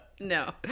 No